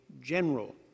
general